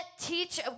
teach